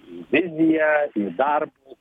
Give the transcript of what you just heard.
į viziją į darbus